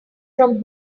from